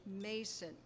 Mason